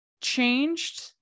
changed